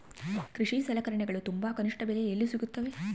ಕೃಷಿ ಸಲಕರಣಿಗಳು ತುಂಬಾ ಕನಿಷ್ಠ ಬೆಲೆಯಲ್ಲಿ ಎಲ್ಲಿ ಸಿಗುತ್ತವೆ?